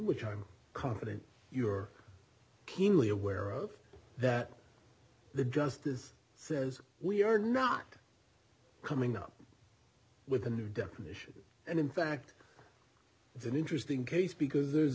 which i'm confident you're keenly aware of that the justice says we are not coming up with a new definition and in fact it's an interesting case because there's